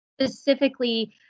specifically